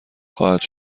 خواهد